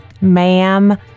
ma'am